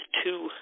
two